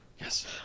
Yes